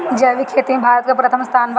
जैविक खेती में भारत का प्रथम स्थान बा